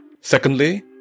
Secondly